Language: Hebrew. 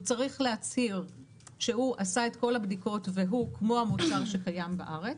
הוא צריך להצהיר שהוא עשה את כל הבדיקות והוא כמו המוצר שקיים בארץ,